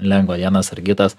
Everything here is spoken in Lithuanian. lengva vienas ar kitas